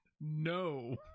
No